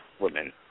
women